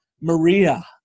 Maria